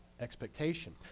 expectation